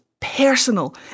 personal